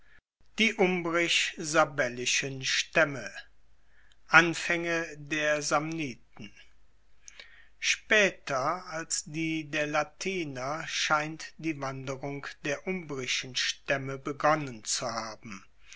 die umbrisch sabellischen staemme anfaenge der samniten spaeter als die der latiner scheint die wanderung der umbrischen staemme begonnen zu haben